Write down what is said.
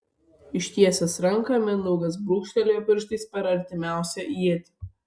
ištiesęs ranką mindaugas brūkštelėjo pirštais per artimiausią ietį